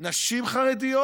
נשים חרדיות,